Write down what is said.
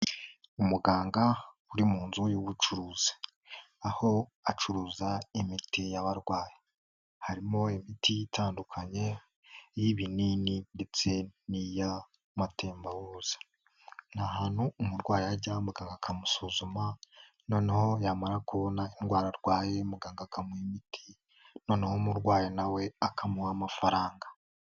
Umuganga uri mu nzu y'ubucuruzi. Aho acuruza imiti y'abarwayi. Harimo imiti itandukanye, iy'ibinini ndetse n'iy'amatembabuzi. Ni ahantu umurwayi ajya, muganga akamusuzuma noneho yamara kubona indwara arwaye, muganga akamuha imiti noneho umurwayi na we akamuha amafaranga.